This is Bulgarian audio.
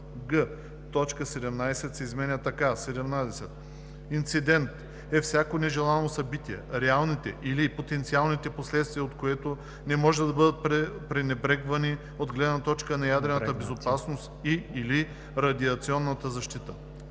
„17. „Инцидент“ е всяко нежелано събитие, реалните или потенциалните последствия от което не може да бъдат пренебрегнати от гледна точка на ядрената безопасност и/или радиационната защита.“;